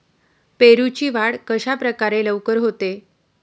पेरूची वाढ कशाप्रकारे लवकर होते?